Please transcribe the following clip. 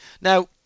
Now